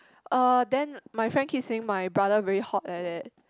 uh then my friend keep saying my brother very hot like that